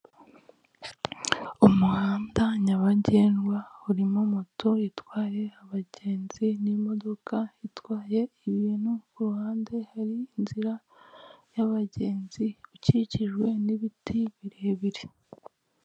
Umuhanda nyabagendwa, urimo moto itwaye abagenzi, n'imodoka itwaye ibintu, ku ruhande hari inzira y'abagenzi, ukijijwe n'ibiti birebire.